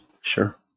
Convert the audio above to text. Sure